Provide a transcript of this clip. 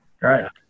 right